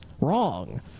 wrong